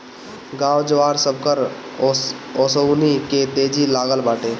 गाँव जवार, सबकर ओंसउनी के तेजी लागल बाटे